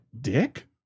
Dick